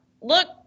look